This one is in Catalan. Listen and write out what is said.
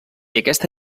aquesta